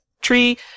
tree